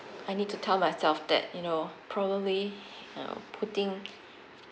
I need to tell myself that you know probably ya putting